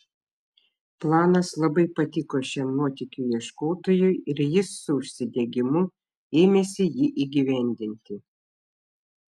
planas labai patiko šiam nuotykių ieškotojui ir jis su užsidegimu ėmėsi jį įgyvendinti